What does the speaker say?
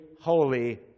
holy